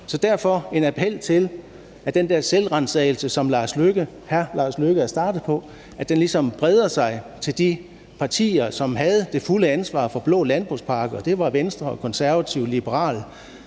komme med en appel til, at den der selvransagelse, som hr. Lars Løkke Rasmussen, er startet på, ligesom breder sig til de partier, som havde det fulde ansvar for den blå landbrugspakke, og det var Venstre, Konservative, Liberal